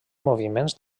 moviments